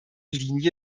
linie